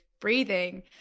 breathing